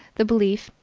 the belief,